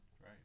Right